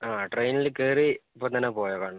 ആ ട്രെയിനിൽ കയറി അപ്പോൾത്തന്നെ പോയോ